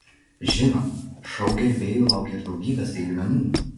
žinoma šou gerbėjų laukia ir daugybė staigmenų